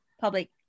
public